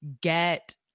get